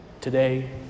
today